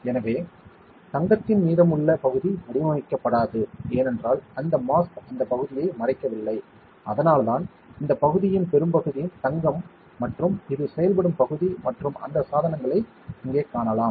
எனவே தங்கத்தின் மீதமுள்ள பகுதி வடிவமைக்கப்படாது ஏனென்றால் அந்த மாஸ்க் அந்த பகுதியை மறைக்கவில்லை அதனால்தான் இந்த பகுதியின் பெரும்பகுதி தங்கம் மற்றும் இது செயல்படும் பகுதி மற்றும் அந்த சாதனங்களை இங்கே காணலாம்